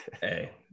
Hey